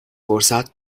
فرصت